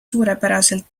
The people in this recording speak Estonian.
suurepäraselt